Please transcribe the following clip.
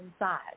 inside